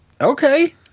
Okay